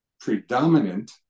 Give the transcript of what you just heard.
predominant